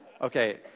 Okay